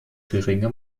geringe